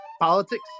politics